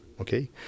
Okay